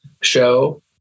show